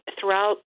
throughout